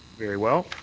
very well.